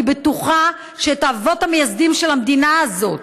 אני בטוחה שהאבות המייסדים של המדינה הזאת,